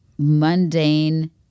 mundane